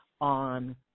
on